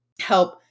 help